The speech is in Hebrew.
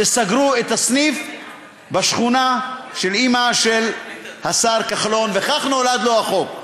שסגרו את הסניף בשכונה של אימא של השר כחלון וכך נולד לו החוק.